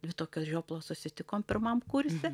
dvi tokios žioplos susitikom pirmam kurse